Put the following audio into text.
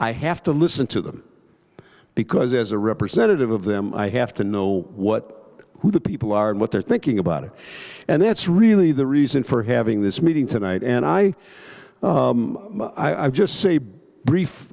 i have to listen to them because as a representative of them i have to know what who the people are and what they're thinking about it and that's really the reason for having this meeting tonight and i i would just say b